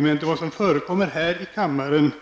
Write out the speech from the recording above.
Man inser lätt vad som förekommer här i kammaren